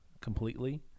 completely